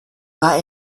war